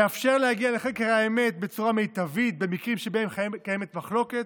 יאפשר להגיע לחקר האמת בצורה מיטבית במקרים שבהם קיימת מחלוקת,